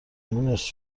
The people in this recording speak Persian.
مونس